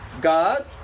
God